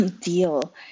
deal